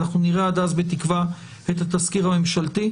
אנחנו נראה עד אז בתקווה את התזכיר הממשלתי,